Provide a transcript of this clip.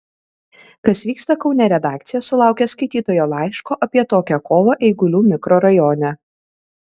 kas vyksta kaune redakcija sulaukė skaitytojo laiško apie tokią kovą eigulių mikrorajone